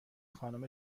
خانم